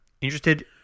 Interested